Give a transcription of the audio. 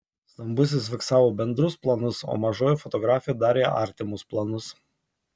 stambusis fiksavo bendrus planus o mažoji fotografė darė artimus planus